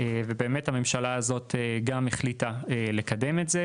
הממשלה הזו גם החליטה לקדם את הנושא,